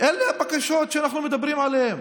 אלה הבקשות שאנחנו מדברים עליהן.